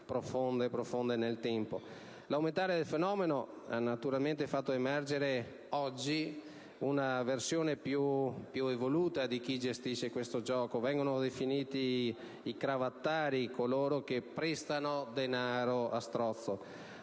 La crescita del fenomeno ha naturalmente fatto emergere oggi una versione più evoluta di chi gestisce questi giochi, che vengono definiti cravattari, ovvero coloro che prestano denaro a strozzo.